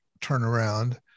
turnaround